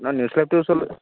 আমাৰ নিউজ লাইভটো আছিলে